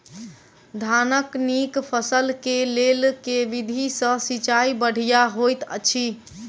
धानक नीक फसल केँ लेल केँ विधि सँ सिंचाई बढ़िया होइत अछि?